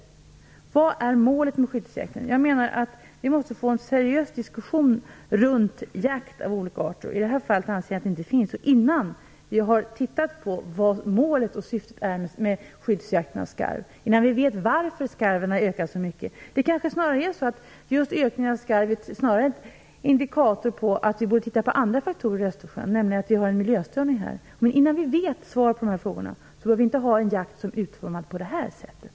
Vad är målet med skyddsjakten? Vi måste få en seriös diskussion runt jakt av olika arter. I det här fallet anser jag att det inte finns någon sådan. Vi har inte tittat på vad målet och syftet är med skyddsjakten på skarv. Vi vet inte varför skarven har ökat så mycket. Det är kanske så att ökningen av skarv är en indikator på att vi borde titta på andra faktorer i Östersjön och att vi har en miljöstörning där. Men innan vi vet svaret på dessa frågor bör vi inte ha en jakt som är utformad på det här sättet.